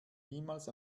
niemals